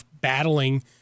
battling